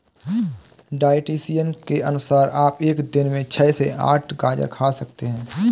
dietitian के अनुसार आप एक दिन में छह से आठ गाजर खा सकते हैं